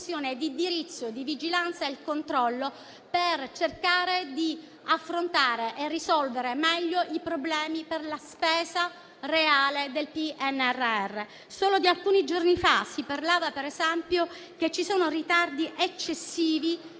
di indirizzo, vigilanza e controllo per cercare di affrontare e risolvere meglio i problemi per la spesa reale del PNRR. Solo alcuni giorni fa si parlava, per esempio, del fatto che ci sono ritardi eccessivi